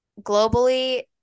globally